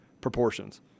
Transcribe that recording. proportions